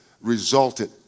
resulted